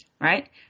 Right